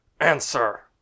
answer